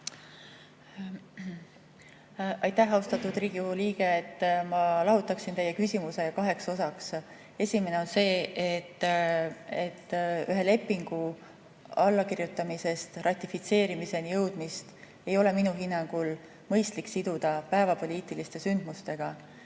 Aitäh, austatud Riigikogu liige! Ma lahutaksin teie küsimuse kaheks osaks. Esimene on see, et ühe lepingu allakirjutamisest ratifitseerimiseni jõudmist ei ole minu hinnangul mõistlik siduda päevapoliitiliste sündmustega.